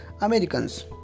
Americans